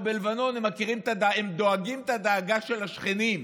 בלבנון הם דואגים את הדאגה של השכנים,